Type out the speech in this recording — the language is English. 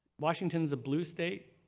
washington is a blue state?